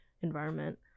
environment